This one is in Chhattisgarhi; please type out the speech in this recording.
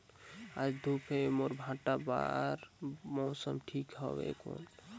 आज धूप हे मोर भांटा बार मौसम ठीक हवय कौन?